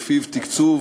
שלפיה תקצוב